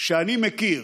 שאני מכיר